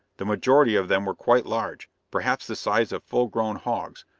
the majority of them were quite large, perhaps the size of full-grown hogs,